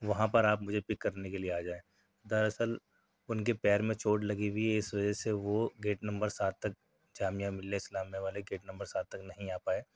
وہاں پر آپ مجھے پک کرنے کے لیے آجائیں دراصل اُن کے پیر میں چوٹ لگی ہوئی ہے اِس وجہ سے وہ گیٹ نمبر سات تک جامعہ ملیہ اسلامیہ والے گیٹ نمبر سات تک نہیں آ پائے